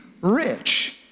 rich